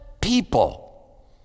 people